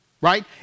right